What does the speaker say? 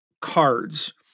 cards